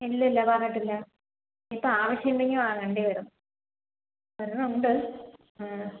ഇല്ല ഇല്ല പറഞ്ഞിട്ടില്ല ഇപ്പോൾ ആവശ്യമുണ്ടെങ്കിൽ വാങ്ങേണ്ടി വരും ഒരെണ്ണമുണ്ട്